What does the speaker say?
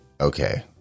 okay